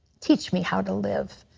teach me how to live.